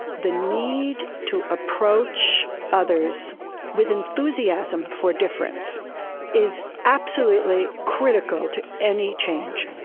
the need to approach others with enthusiasm for difference is absolutely critical to any change.